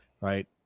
right